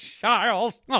Charles